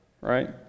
right